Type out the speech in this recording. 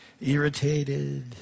irritated